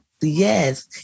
Yes